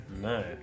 No